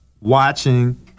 watching